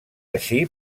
així